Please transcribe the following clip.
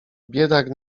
biedak